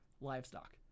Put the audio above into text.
livestock